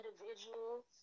individuals